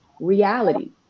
reality